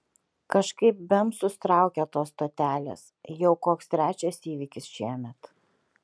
kažkaip bemsus traukia tos stotelės jau koks trečias įvykis šiemet